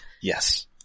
Yes